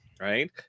right